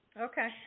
Okay